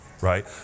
right